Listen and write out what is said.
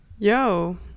yo